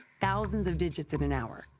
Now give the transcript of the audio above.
thousands of digits in an hour.